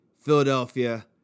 Philadelphia